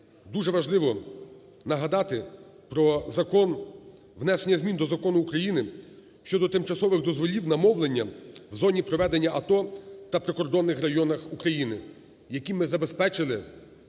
Дуже важливо нагадати про Закон – внесення змін до законів України щодо тимчасових дозволів на мовлення в зоні проведення АТО та прикордонних районах України, яким ми забезпечили